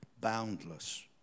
boundless